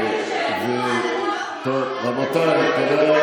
עליה ועל התינוקת שלה?